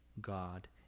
God